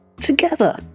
together